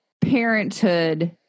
parenthood